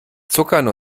zuckern